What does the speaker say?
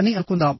అని అనుకుందాం